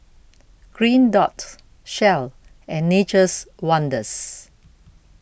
Green Dot Shell and Nature's Wonders